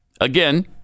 again